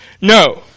No